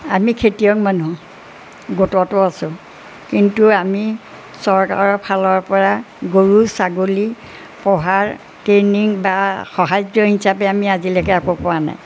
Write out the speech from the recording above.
আমি খেতিয়ক মানুহ গোটতো আছোঁ কিন্তু আমি চৰকাৰৰ ফালৰ পৰা গৰু ছাগলী পোহাৰ ট্ৰেইনিং বা সাহাৰ্য্য হিচাপে আমি আজিলৈকে একো পোৱা নাই